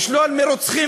של ראש ממשלה,